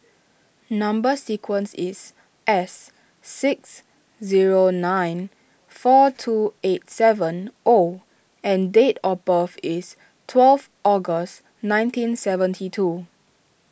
Number Sequence is S six zero nine four two eight seven O and date of birth is twelve August nineteen seventy two